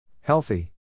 Healthy